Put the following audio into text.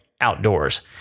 outdoors